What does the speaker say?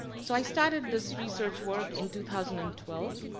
so i started this research work in two thousand and twelve,